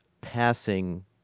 passing